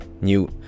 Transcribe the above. New